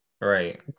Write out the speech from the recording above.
Right